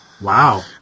Wow